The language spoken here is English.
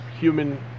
human